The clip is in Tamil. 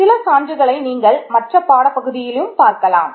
சில சான்றுகளை நீங்கள் மற்ற பாடப்பகுதியில் பார்க்கலாம்